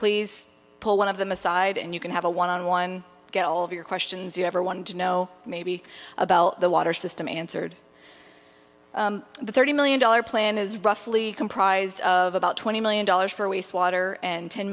please pull one of them aside and you can have a one on one to get all of your questions you ever wanted to know maybe about the water system answered the thirty million dollars plan is roughly comprised of about twenty million dollars for waste water and ten